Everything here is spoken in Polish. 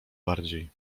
bardziej